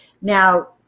Now